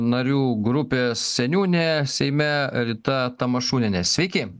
narių grupės seniūnė seime rita tamašūnienė sveiki